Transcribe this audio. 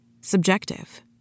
subjective